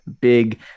Big